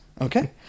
Okay